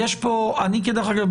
דרך אגב,